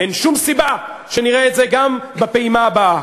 אין שום סיבה שנראה את זה גם בפעימה הבאה,